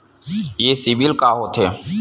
ये सीबिल का होथे?